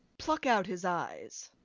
pluck out his eyes.